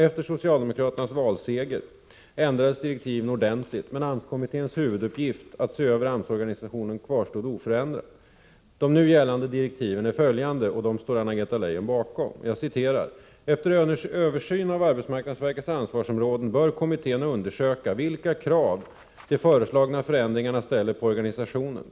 Efter den socialdemokratiska valsegern ändrades direktiven ordentligt, men AMS-kommitténs huvuduppgift att företa en översyn av AMS organisation kvarstod oförändrad. De nu gällande direktiven är följande, och dem står Anna-Greta Leijon bakom: ”Efter översynen av arbetsmarknadsverkets ansvarsområden bör kommittén undersöka vilka krav de föreslagna förändringarna ställer på organisationen.